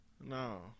No